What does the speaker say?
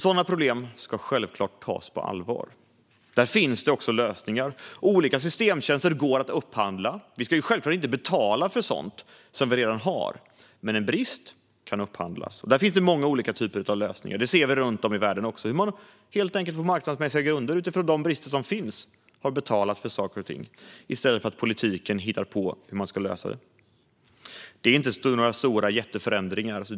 Sådana problem ska självklart tas på allvar. Här finns det också lösningar. Olika systemtjänster går att upphandla. Vi ska självklart inte betala för sådant som vi redan har, men en brist kan upphandlas. Det finns många olika typer av lösningar. Vi ser också runt om i världen hur man på marknadsmässiga grunder utifrån de brister som finns betalar för saker och ting i stället för att låta politiken hitta på hur man ska lösa det. Det är inte några jätteförändringar.